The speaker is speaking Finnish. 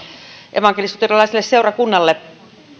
evankelisluterilaiselle seurakunnalle